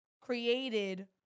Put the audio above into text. created